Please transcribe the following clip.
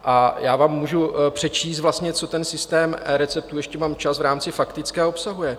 A já vám můžu přečíst vlastně, co ten systém receptů ještě mám čas v rámci faktické obsahuje.